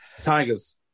Tigers